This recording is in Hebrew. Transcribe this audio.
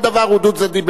כל דבר הוא דו-צדדי.